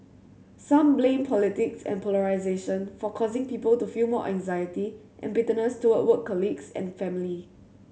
some blame politics and polarisation for causing people to feel more anxiety and bitterness toward work colleagues and family